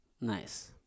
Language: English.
nice